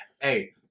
Hey